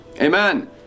Amen